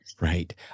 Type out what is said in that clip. Right